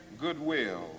goodwill